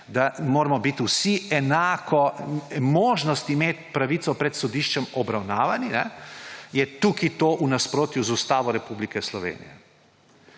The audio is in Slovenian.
da moramo imeti vsi enako možnost biti pred sodiščem obravnavani, je tukaj to v nasprotju z Ustavo Republike Slovenije.